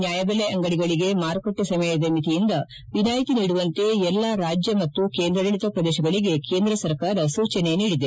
ನ್ಯಾಯಬೆಲೆ ಅಂಗಡಿಗಳಿಗೆ ಮಾರುಕಟ್ಟೆ ಸಮಯದ ಮಿತಿಯಿಂದ ವಿನಾಯಿತಿ ನೀಡುವಂತೆ ಎಲ್ಲಾ ರಾಜ್ಯ ಮತ್ತು ಕೇಂದ್ರಾಡಳಿತ ಪ್ರದೇಶಗಳಿಗೆ ಕೇಂದ್ರ ಸರ್ಕಾರ ಸೂಚನೆ ನೀಡಿದೆ